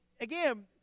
again